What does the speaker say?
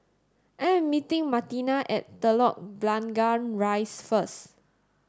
I am meeting Martina at Telok Blangah Rise first